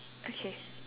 okay